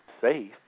safe